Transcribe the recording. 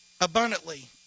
Abundantly